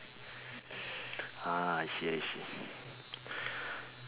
ah I see I see